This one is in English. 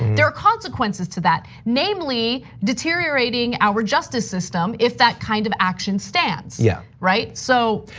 there are consequences to that, namely deteriorating our justice system if that kind of action stands. yeah. right? so,